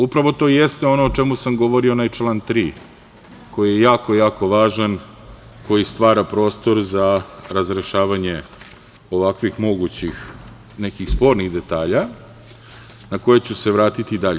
Upravo to jeste ono o čemu sam govorio, onaj član 3. koji je jako važan, koji stvara prostor za razrešavanje ovakvih mogućih nekih spornih detalja na koje ću se vratiti dalje.